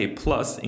plus